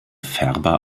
färber